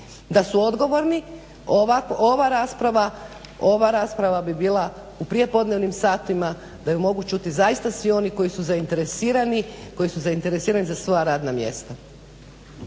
Da su odgovorni ova rasprava bi bila u prijepodnevnim satima da je mogu čuti zaista svi oni koji su zainteresirani za svoja radna mjesta.